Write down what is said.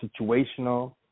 situational